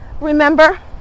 remember